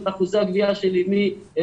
את הדברים האלה מאוד חשוב לי להציג בפניכם